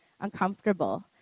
uncomfortable